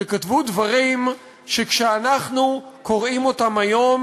שכתבו דברים שכשאנחנו קוראים אותם היום